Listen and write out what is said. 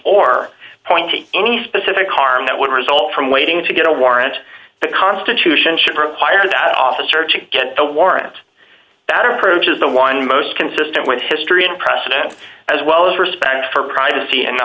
or point to any specific harm that would result from waiting to get a warrant the constitution should reply or that officer to get the warrant that approach is the one most consistent with history unprecedented as well as respect for privacy in the